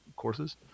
courses